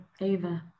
Ava